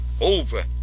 over